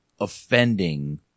offending